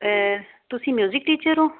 ਤੁਸੀਂ music teacher ਹੋ